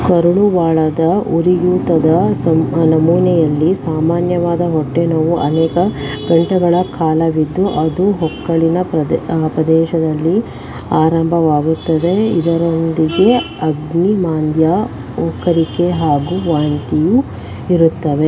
ಕರುಳು ವಾಳದ ಉರಿಯೂತದ ಸಮ್ ನಮೂನೆಯಲ್ಲಿ ಸಾಮಾನ್ಯವಾದ ಹೊಟ್ಟೆನೋವು ಅನೇಕ ಗಂಟೆಗಳ ಕಾಲವಿದ್ದು ಅದು ಹೊಕ್ಕಳಿನ ಪ್ರದೇ ಪ್ರದೇಶದಲ್ಲಿ ಆರಂಭವಾಗುತ್ತದೆ ಇದರೊಂದಿಗೆ ಅಗ್ನಿಮಾಂದ್ಯ ವಾಕರಿಕೆ ಹಾಗೂ ವಾಂತಿಯೂ ಇರುತ್ತವೆ